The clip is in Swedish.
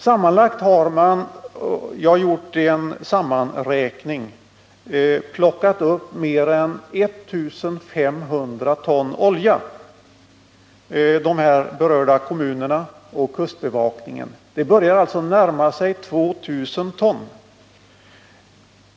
Sammanlagt har de berörda kommunerna och kustbevakningen enligt en sammanräkning jag gjort plockat upp mer än 1 500 ton olja. Det börjar således närma sig 2 000 ton.